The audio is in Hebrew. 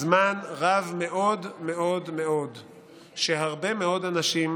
זמן רב מאוד מאוד מאוד שהרבה מאוד אנשים